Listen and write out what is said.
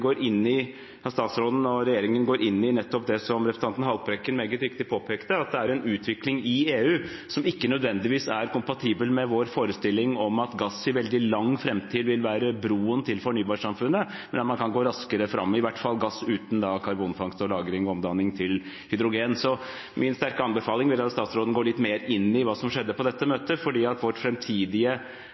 statsråden og regjeringen går inn i nettopp det som representanten Haltbrekken meget riktig påpekte, at det er en utvikling i EU som ikke nødvendigvis er kompatibel med vår forestilling om at gass i veldig lang framtid vil være broen til fornybarsamfunnet, men at man kan gå raskere fram – i hvert fall gass uten karbonfangst og lagring og omdanning til hydrogen. Min sterke anbefaling er at statsråden går litt mer inn i hva som skjedde på dette møtet, for vårt